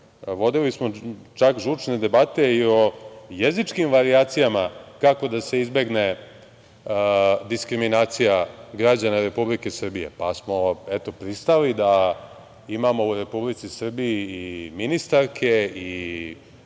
vodili smo čak žučne debate i o jezičkim varijacijama kako da se izbegne diskriminacija građana Republike Srbije, pa smo, eto pristali da imamo u Republici Srbiji i ministarke i